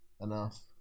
enough